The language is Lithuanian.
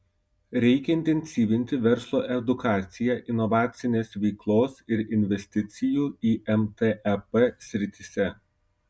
reikia intensyvinti verslo edukaciją inovacinės veiklos ir investicijų į mtep srityse